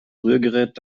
rührgerät